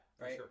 right